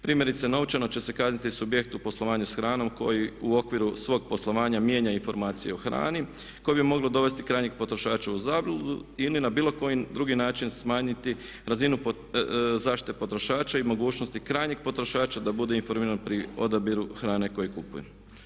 Primjerice novčano će se kazniti subjekt u poslovanju s hranom koji u okviru svog poslovanja mijenja informacije o hrani koji bi mogao dovesti krajnjeg potrošača u zabludu ili na bilo koji drugi način smanjiti razinu zaštite potrošača i mogućnosti krajnjeg potrošača da bude informiran pri odabiru hrane koju kupuje.